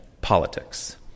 politics